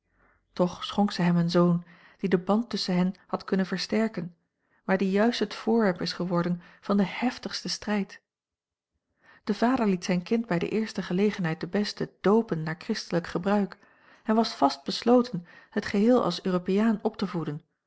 toch schonk zij hem een zoon die den band tusschen hen had kunnen versterken maar die juist het voorwerp is geworden van den heftigsten strijd de vader liet zijn kind bij de eerste gelegenheid de beste doopen naar christelijk gebruik en was vast besloten het geheel als europeaan op te voeden